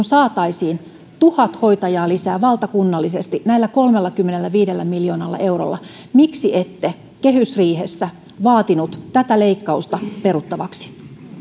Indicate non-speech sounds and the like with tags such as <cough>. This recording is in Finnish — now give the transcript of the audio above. <unintelligible> saataisiin tuhat hoitajaa lisää valtakunnallisesti näillä kolmellakymmenelläviidellä miljoonalla eurolla miksi ette kehysriihessä vaatinut tätä leikkausta peruttavaksi